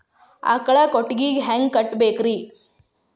ಆಕಳ ಕೊಟ್ಟಿಗಿ ಹ್ಯಾಂಗ್ ಕಟ್ಟಬೇಕ್ರಿ?